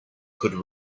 could